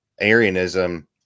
Arianism